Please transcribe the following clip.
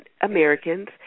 Americans